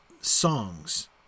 songs